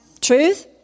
Truth